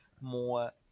more